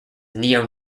neo